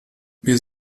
wir